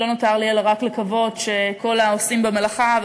לא נותר לי אלא לקוות שכל העושים במלאכה,